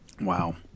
Wow